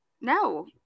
No